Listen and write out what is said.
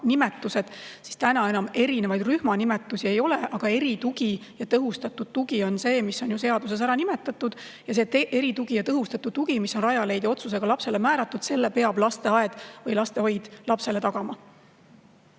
nimetused, siis nüüd enam erinevaid rühma nimetusi ei ole. Aga eritugi ja tõhustatud tugi on see, mis on seaduses ära nimetatud, ja selle eritoe või tõhustatud toe, mis on Rajaleidja otsusega lapsele määratud, peab lasteaed või lastehoid lapsele tagama.